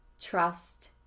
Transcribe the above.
trust